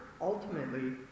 ultimately